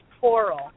coral